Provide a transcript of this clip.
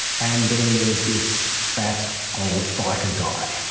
and then there's this fat, old biker guy.